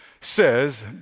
says